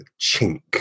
chink